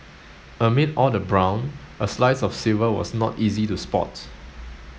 amid all the brown a slice of silver was not easy to spot